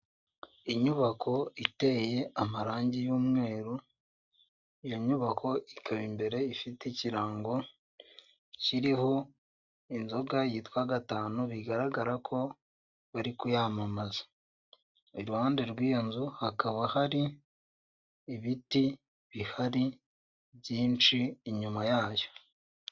Inyubako iteye amarange y'umweru, iyo nyubako ikaba imbere ifite ikirango kiriho inzoga yitwa gatanu bigaragara ko bari kuyamamaza. Iruhande rwiyo nzu hakaba hari ibiti bihari byinshi inyuma yayo.